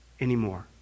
anymore